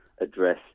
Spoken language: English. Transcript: address